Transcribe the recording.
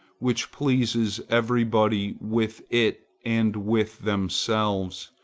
which pleases everybody with it and with themselves,